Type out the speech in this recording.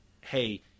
hey